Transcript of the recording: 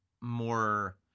more